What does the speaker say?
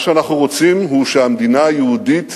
מה שאנחנו רוצים זה שהמדינה היהודית